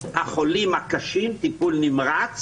החולים הקשים בטיפול נמרץ